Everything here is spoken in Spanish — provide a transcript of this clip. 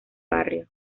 barrio